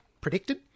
predicted